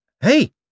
Hey